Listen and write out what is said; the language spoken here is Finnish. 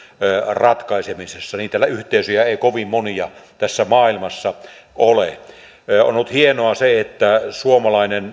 ratkaisemisessa niitä yhteisöjä ei kovin monia tässä maailmassa ole se on ollut hienoa että suomalainen